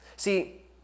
See